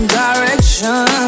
direction